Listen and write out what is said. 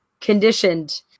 conditioned